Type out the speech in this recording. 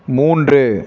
மூன்று